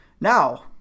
Now